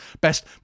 Best